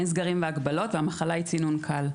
אין סגרים והגבלות והמחלה היא צינון קל.